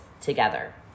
together